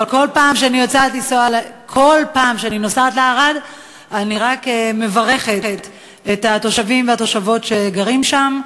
אבל כל פעם שאני נוסעת לערד אני רק מברכת את התושבים והתושבות שגרים שם.